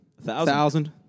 thousand